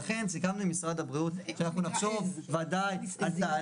לכן סיכמנו עם משרד הבריאות שנחשוב על תהליך,